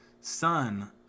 son